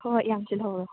ꯍꯣꯏ ꯍꯣꯏ ꯌꯥꯝ ꯁꯤꯠꯍꯧꯔꯣ